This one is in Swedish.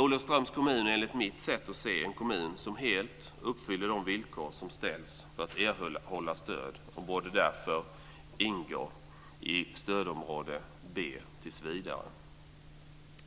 Olofströms kommun är enligt mitt sätt att se det en kommun som helt uppfyller de villkor som ställs för att erhålla stöd och borde därför ingå i stödområde